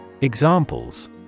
Examples